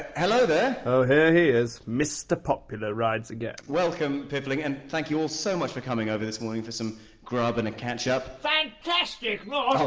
hello there! oh, here he is. mr popular rides again, welcome, piffling, and thank you all so much for coming over this morning for some grub and a catch-up. fantastic nosh!